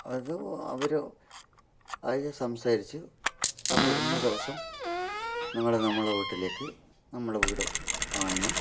അത് അവരോട് അത് സംസാരിച്ച് അപ്പം ഇന്ന ദിവസം നിങ്ങൾ നമ്മുടെ വീട്ടിലേക്ക് നമ്മുടെ വീടോ കാണണം